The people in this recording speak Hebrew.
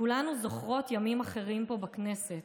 כולנו זוכרות ימים אחרים פה בכנסת.